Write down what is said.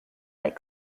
like